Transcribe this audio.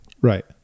Right